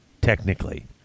technically